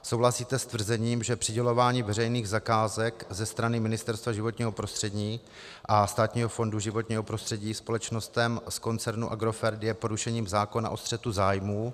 Souhlasíte s tvrzením, že přidělování veřejných zakázek ze strany Ministerstva životního prostředí a Státního fondu životního prostředí společnostem z koncernu Agrofert je porušením zákona o střetu zájmů?